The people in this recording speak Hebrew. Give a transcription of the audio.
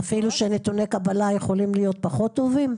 אפילו שנתוני קבלה יכולים להיות פחות טובים?